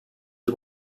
bir